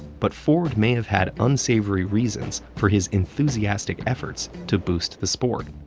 but ford may have had unsavory reasons for his enthusiastic efforts to boost the sport.